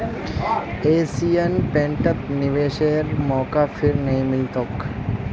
Asian पेंटत निवेशेर मौका फिर नइ मिल तोक